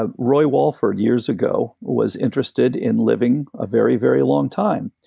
ah roy walford years ago, was interested in living a very, very long time,